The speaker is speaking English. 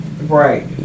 Right